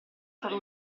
stato